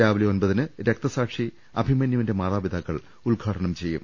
രാവിലെ ഒമ്പതിന് രക്തസാക്ഷി അഭിമന്യുവിന്റെ മാതാപിതാക്കൾ ഉദ്ഘാടനം ചെയ്യും